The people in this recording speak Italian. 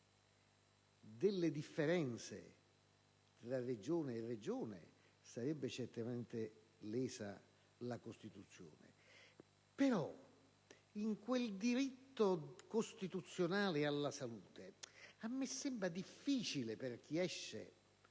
le differenze tra Regione e Regione, sarebbe certamente lesa la Costituzione, però in quel diritto costituzionale alla salute a me sembra difficile, per chi esce